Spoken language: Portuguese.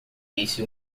disse